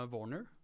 Warner